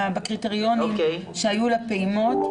היה צפוי שלא יוכלו לחזור לפעילות מלאה,